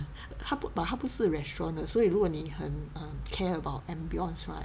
它不 but 它不是 restaurant 的所以如果你是很 um care about ambience right